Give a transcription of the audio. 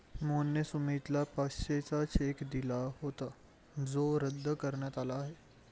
मोहनने सुमितला पाचशेचा चेक दिला होता जो रद्द करण्यात आला आहे